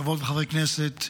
חברות וחברי הכנסת,